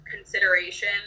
consideration